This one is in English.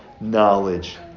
knowledge